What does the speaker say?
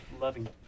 loving